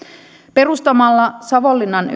perustamalla savonlinnan